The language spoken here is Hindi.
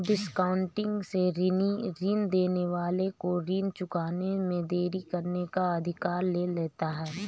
डिस्कॉउंटिंग से ऋणी ऋण देने वाले को ऋण चुकाने में देरी करने का अधिकार ले लेता है